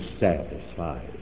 satisfied